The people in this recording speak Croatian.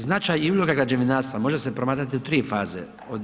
Značaj i uloga građevinarstva može se promatrati u 3 faze.